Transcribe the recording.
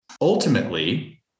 Ultimately